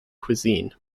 cuisine